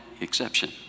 exception